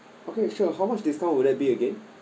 okay sure how much discount would that be again